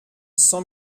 cent